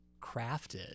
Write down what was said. crafted